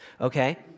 okay